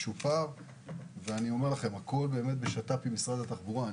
משופר והכול בשיתוף פעולה עם משרד התחבורה.